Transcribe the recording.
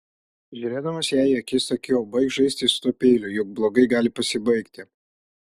žiūrėdamas jai į akis sakiau baik žaisti su tuo peiliu juk blogai gali pasibaigti